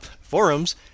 forums